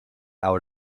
out